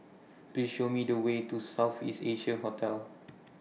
Please Show Me The Way to South East Asia Hotel